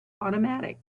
automatic